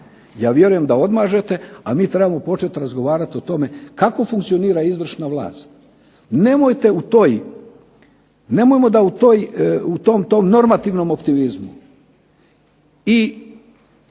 Ja vjerujem da odmažete, a mi trebamo početi razgovarati o tome kako funkcionira izvršna vlast. Nemojte u toj, nemojmo da u tom normativnom optimizmu i